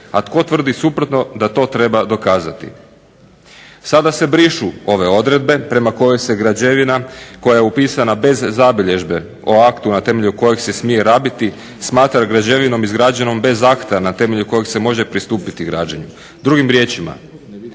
A tko tvrdi suprotno da to treba dokazati. Sada se brišu ove odredbe prema kojima se građevina koja je upisana bez zabilježbe o aktu na temelju kojeg se smije rabiti smatra građevinom izgrađenom bez akta na temelju kojeg se može pristupiti građenju. Drugim riječima